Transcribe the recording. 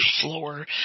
floor